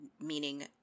meaning